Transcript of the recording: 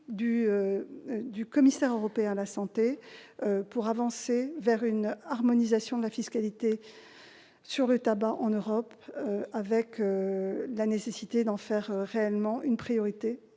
du commissaire européen à la santé, résolus à avancer vers une harmonisation de la fiscalité sur le tabac en Europe, avec la nécessité d'en faire réellement une priorité